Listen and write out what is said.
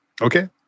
Okay